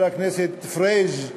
חבר הכנסת פריג',